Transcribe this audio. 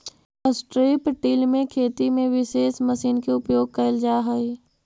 strip till में खेती में विशेष मशीन के उपयोग कैल जा हई